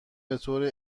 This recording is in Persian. بطور